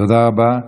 תודה רבה.